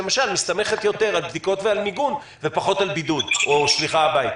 שלמשל מסתמכת יותר על בדיקות ועל מיגון ופחות על בידוד או שליחה הביתה?